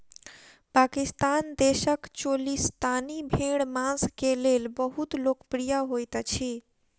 पाकिस्तान देशक चोलिस्तानी भेड़ मांस के लेल बहुत लोकप्रिय होइत अछि